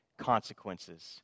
consequences